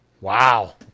wow